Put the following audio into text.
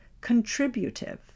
contributive